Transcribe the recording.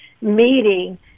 meeting